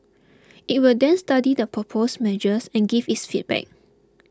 it will then study the proposed measures and give its feedback